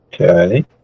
Okay